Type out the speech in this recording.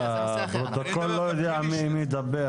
הפרוטוקול לא יודע מי מדבר